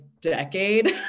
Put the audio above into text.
decade